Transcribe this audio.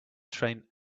trained